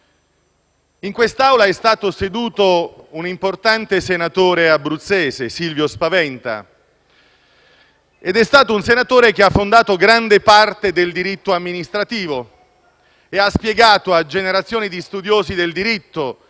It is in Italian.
In quest'Aula è stato seduto un importante senatore abruzzese, Silvio Spaventa; è stato un senatore che ha fondato gran parte del diritto amministrativo e ha spiegato a generazioni di studiosi del diritto